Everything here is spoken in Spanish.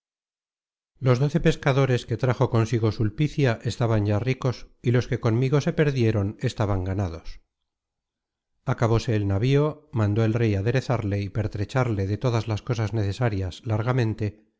los doce pescadores que trajo consigo sulpicia estaban ya ricos y los que conmigo se perdieron estaban ganados acabóse el navío mandó el rey aderezarle y pertrecharle de todas las cosas necesarias largamente